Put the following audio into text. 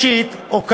נפשית או כלכלית,